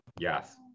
yes